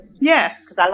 Yes